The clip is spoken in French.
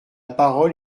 parole